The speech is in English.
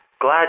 glad